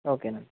ఓకేనండి